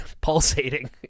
pulsating